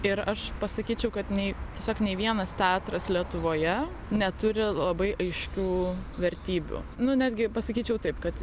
ir aš pasakyčiau kad nei tiesiog nei vienas teatras lietuvoje neturi labai aiškių vertybių nu netgi pasakyčiau taip kad